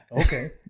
okay